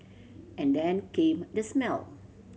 and then came the smell